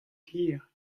hir